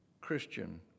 Christian